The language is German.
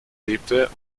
lebte